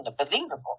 unbelievable